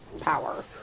power